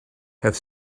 have